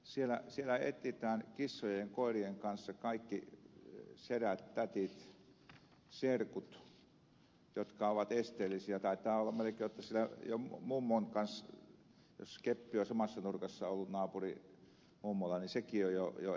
siellä etsitään kissojen ja koirien kanssa kaikki sedät tädit serkut jotka ovat esteellisiä taitaa olla melkein jotta jos keppi on ollut samassa nurkassa naapurin mummolla niin sekin on jo esteellinen